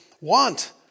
want